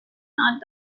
not